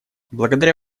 благодаря